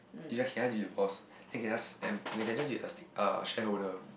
you can just be the boss then can ask them they can just be a stake~ uh a shareholder